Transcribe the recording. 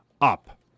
up